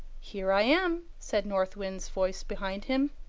here i am! said north wind's voice behind him.